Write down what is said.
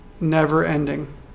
never-ending